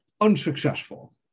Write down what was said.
unsuccessful